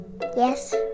Yes